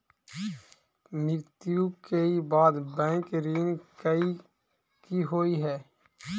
मृत्यु कऽ बाद बैंक ऋण कऽ की होइ है?